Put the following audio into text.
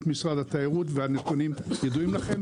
משרד התיירות והנתונים ידועים לכם.